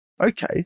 okay